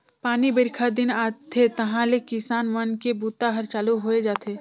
पानी बाईरखा दिन आथे तहाँले किसान मन के बूता हर चालू होए जाथे